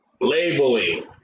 labeling